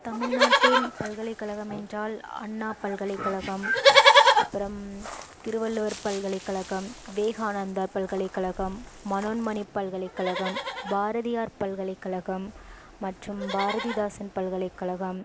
தமிழ்நாட்டின் பல்கலைக்கழகம் என்றால் அண்ணா பல்கலைக்கழகம் அப்புறம் திருவள்ளுவர் பல்கலைக்கழகம் விவேகானந்தா பல்கலைக்கழகம் மனோன்மணி பல்கலைக்கழகம் பாரதியார் பல்கலைக்கழகம் மற்றும் பாரதிதாசன் பல்கலைக்கழகம்